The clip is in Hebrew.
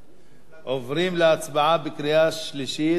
עוברים להצבעה בקריאה שלישית על הצעת